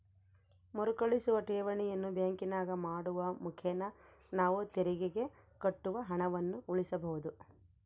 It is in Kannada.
ಮರುಕಳಿಸುವ ಠೇವಣಿಯನ್ನು ಬ್ಯಾಂಕಿನಾಗ ಮಾಡುವ ಮುಖೇನ ನಾವು ತೆರಿಗೆಗೆ ಕಟ್ಟುವ ಹಣವನ್ನು ಉಳಿಸಬಹುದು